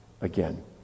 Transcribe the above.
again